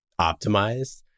optimized